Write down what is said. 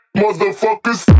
motherfuckers